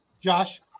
Josh